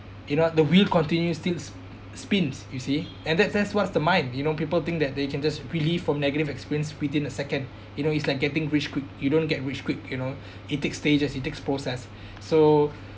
you know the wheel continue still spins you see and that that's what's the mind you know people think that they can just can just relieved from negative experience within the second you know it's like getting rich quick you don't get rich quick you know it takes stages it takes process so